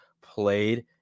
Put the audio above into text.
played